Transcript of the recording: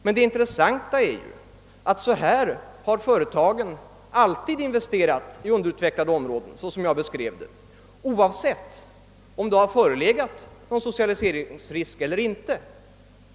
Men det intressanta är ju att företagen alltid har investerat i underutvecklade områden på det sätt som jag beskrev, oavsett om det har förelegat någon socialiseringsrisk eller inte.